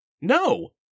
No